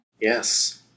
Yes